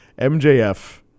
MJF